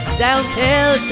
downhill